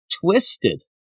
Twisted